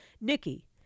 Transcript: Nikki